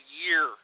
year